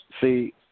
See